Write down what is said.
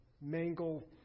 mangle